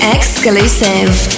Exclusive